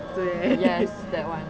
yes that one